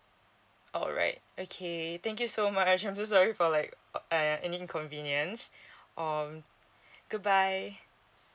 alright okay thank you so much I'm so sorry for like uh any inconvenience um goodbye